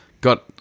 got